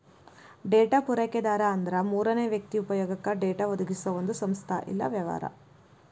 data ಪೂರೈಕೆದಾರ ಅಂದ್ರ ಮೂರನೇ ವ್ಯಕ್ತಿ ಉಪಯೊಗಕ್ಕ ಡೇಟಾ ಒದಗಿಸೊ ಒಂದ್ ಸಂಸ್ಥಾ ಇಲ್ಲಾ ವ್ಯವಹಾರ